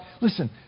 listen